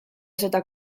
seda